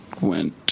went